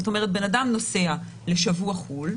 זאת אומרת, אדם נוסע לשבוע לחו"ל,